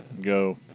Go